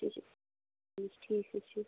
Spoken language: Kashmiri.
چھ چھُ ٹھیٖک حظ چھُ